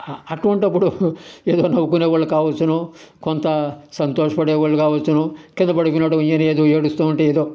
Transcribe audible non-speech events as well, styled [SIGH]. అటువంటప్పుడు ఏదో నవ్వుకునే వాళ్ళు కావొచ్చును కొంత సంతోషపడేవాళ్లు కావొచ్చును కిందపడిపోయినోడు [UNINTELLIGIBLE] ఏడుస్తూ ఉంటే ఎదో